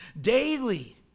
Daily